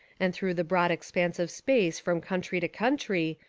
and through the broad expanse of space from country to country,